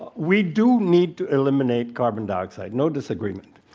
ah we do need to eliminate carbon dioxide. no disagreement.